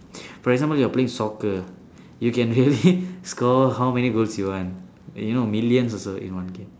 for example you are playing soccer you can really score how many goals you want you know millions also you want